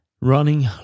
running